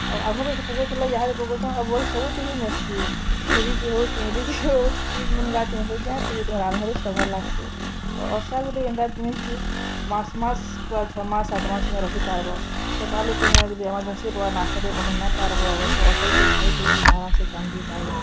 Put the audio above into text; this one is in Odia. ଆଉ ଆଘୁ ବି ପକଉଥିଲେ ଇହାଦେ ବି ପକଉଚନ୍ ଆଉ ବରି ସବୁଥିରେ ମେସ୍ସି ଝୁରି ଥି ହଉ ଚିଙ୍ଗ୍ରିଥି ହଉ କି ମୁନ୍ଗାଥି ହଉ ଯାଏଁଥି ବି ତୁମେ ରାନ୍ଧ୍ବ ସେ ଭଲ୍ ଲାଗ୍ସି ଆଉ ଅର୍ଷା ଗୁଟେ ଏନ୍ତା ଜିନିଷ୍ ଯେ ମାସ୍ ମାସ୍ ପୂରା ଛଅ ମାସ୍ ସାତ୍ ମାସ୍ ତୁମେ ରଖିପାର୍ବ ସକାଳୁ କେବେ ଏମର୍ଜେନ୍ସି ପଡ଼୍ବା ନାସ୍ତା ଟିକେ ବନେଇ ନାଇଁ ପାର୍ବ ସେ ଅର୍ଶା ଟିକେ ଖାଇକି ତୁମେ ଆରାମସେ କାମ ଯାଇଇପାର୍ବ